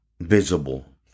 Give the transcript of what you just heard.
visible